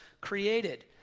created